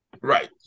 Right